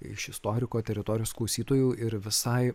iš istoriko teritorijos klausytojų ir visai